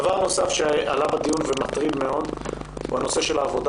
דבר נוסף שעלה בדיון ומטריד מאוד הוא נושא העבודה